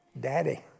Daddy